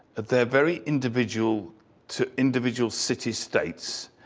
they're very individual to individual city-states.